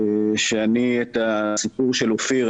את הסיפור של אופיר,